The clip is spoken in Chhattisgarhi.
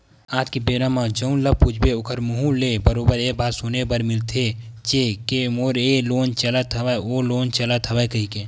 आज के बेरा म जउन ल पूछबे ओखर मुहूँ ले बरोबर ये बात सुने बर मिलथेचे के मोर ये लोन चलत हवय ओ लोन चलत हवय कहिके